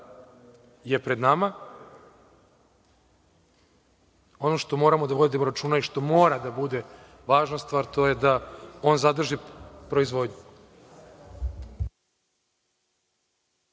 je pred nama. Ono što moramo da vodimo računa i što mora da bude važna stvar, to je da on zadrži proizvodnju.